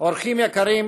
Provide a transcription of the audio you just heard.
אורחים יקרים,